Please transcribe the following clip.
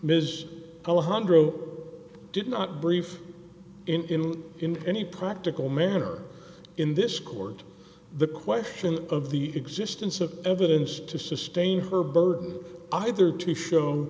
hundred did not brief in any practical manner in this court the question of the existence of evidence to sustain her burden either to show